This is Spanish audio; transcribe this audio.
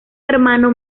hermano